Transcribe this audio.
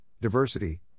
diversity